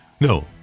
No